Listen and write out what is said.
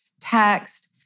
text